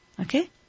Okay